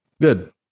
Good